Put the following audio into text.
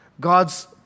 God's